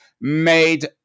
made